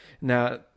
Now